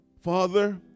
Father